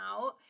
out